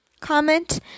comment